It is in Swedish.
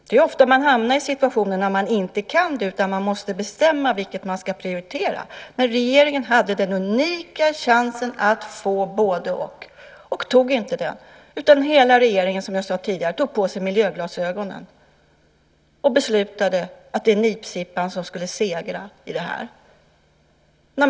Det är ofta man hamnar i situationer där man inte kan det utan måste bestämma vilket man ska prioritera. Regeringen hade den unika chansen att få både-och men tog inte den, utan hela regeringen, som jag sade tidigare, tog på sig miljöglasögonen och beslutade att det var nipsippan som skulle segra i det här fallet.